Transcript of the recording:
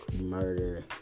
murder